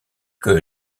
que